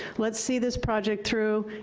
let's see this project through,